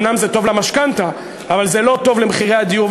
אומנם זה טוב למשכנתה אבל זה לא טוב למחירי הדיור.